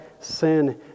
sin